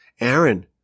Aaron